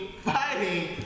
fighting